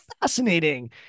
fascinating